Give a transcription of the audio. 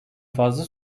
fazla